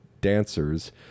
dancers